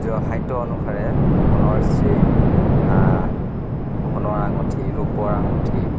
সাধ্য অনুসাৰে সোণৰ চেইন সোণৰ আঙুঠি ৰূপৰ আঙুঠি